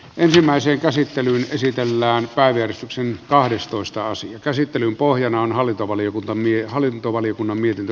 ensimmäiseen käsittelyyn esitellään päivystyksen kahdestoista asian käsittelyn pohjana on hallintovaliokunnan mietintö